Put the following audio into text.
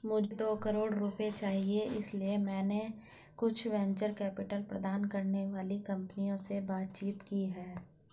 मुझे दो करोड़ रुपए चाहिए इसलिए मैंने कुछ वेंचर कैपिटल प्रदान करने वाली कंपनियों से बातचीत की है